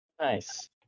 nice